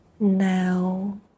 Now